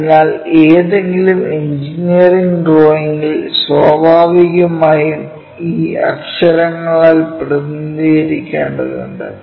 അതിനാൽ ഏതെങ്കിലും എഞ്ചിനീയറിംഗ് ഡ്രോയിംഗിൽ സ്വാഭാവികമായും അത് അക്ഷരങ്ങളാൽ പ്രതിനിധീകരിക്കേണ്ടതുണ്ട്